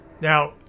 Now